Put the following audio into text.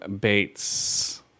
Bates